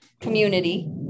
community